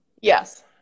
Yes